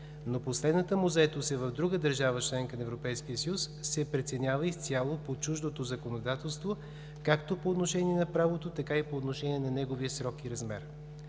но последната му заетост е в друга държава – членка на Европейския съюз, се преценява изцяло по чуждото законодателство както по отношение на правото, така и по отношение на неговия срок и размер.